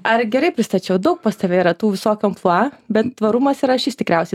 ar gerai pristačiau daug pas tave yra tų visokių amplua bet tvarumas yra šis tikriausiai